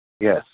Yes